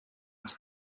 its